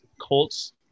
Colts